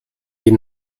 die